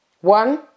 One